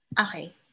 Okay